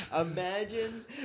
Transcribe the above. Imagine